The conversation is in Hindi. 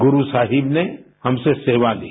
गुरु साहिब ने हमसे सेवा ली